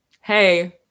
hey